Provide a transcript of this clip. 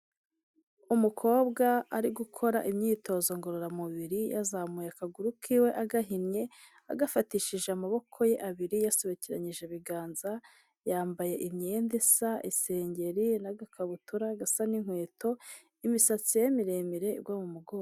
Umukobwa ari gukora imyitozo ngororamubiri, yazamuye akaguru kiwe agahinnye, agafatishije amaboko ye abiri yasobekeranyije ibiganza, yambaye imyenda isa isengeri n'agakabutura gasa n'inkweto, imisatsi ye miremire igwa mu mugo...